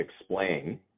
explain